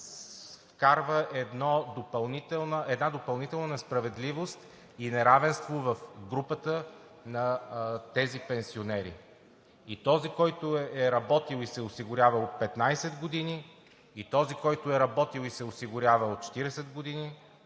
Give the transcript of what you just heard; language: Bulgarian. вкарва една допълнителна несправедливост и неравенство в групата на тези пенсионери. И този, който е работил и се е осигурявал 15 години, и този, който е работил и се е осигурявал 40 години,